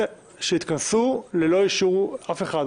שהתכנסו ללא אישור אף אחד,